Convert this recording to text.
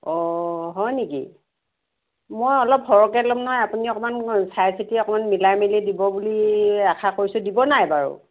অ হয় নেকি মই অলপ সৰহকৈ ল'ম নহয় আপুনি অকণমান চাই চিতি অকণমান মিলাই মেলি দিব বুলি আশা কৰিছোঁ দিব নাই বাৰু